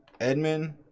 edmund